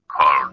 called